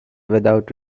without